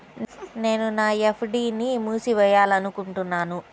నేను నా ఎఫ్.డీ ని మూసివేయాలనుకుంటున్నాను